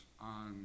on